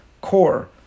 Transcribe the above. core